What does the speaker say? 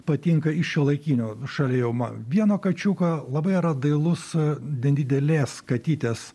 patinka iš šiuolaikinio šalia jau vieno kačiuko labai dailus nedidelės katytės